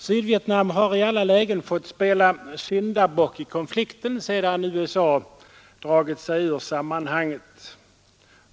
Sydvietnam har i alla lägen fått spela syndabock i konflikten sedan USA dragit sig ur sammanhanget.